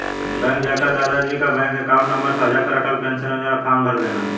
bank जाकर दादा जी का बैंक अकाउंट नंबर साझा कर अटल पेंशन योजना फॉर्म भरदेना